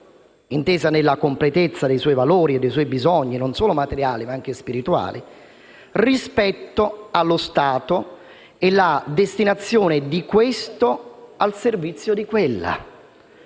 intesa nella completezza dei suoi valori e dei suoi bisogni non solo materiali ma anche spirituali rispetto allo Stato e la destinazione di questo al servizio di quella.